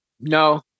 No